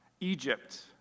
Egypt